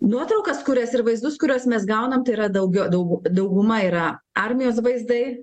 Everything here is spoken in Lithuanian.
nuotraukas kurias ir vaizdus kuriuos mes gaunam tai yra daugiau daug dauguma yra armijos vaizdai